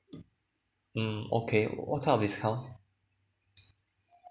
mm okay what kind of discount